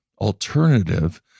alternative